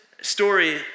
story